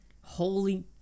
Holy